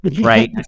right